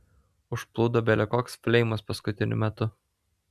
užplūdo bele koks fleimas paskutiniu metu